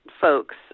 folks